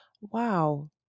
wow